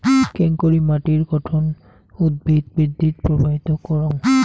কেঙকরি মাটির গঠন উদ্ভিদ বৃদ্ধিত প্রভাবিত করাং?